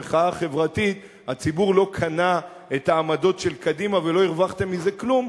במחאה החברתית הציבור לא קנה את העמדות של קדימה ולא הרווחתם מזה כלום,